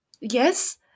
yes